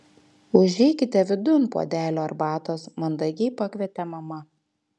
užeikite vidun puodelio arbatos mandagiai pakvietė mama